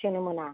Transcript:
सोनो मोना